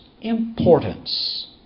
importance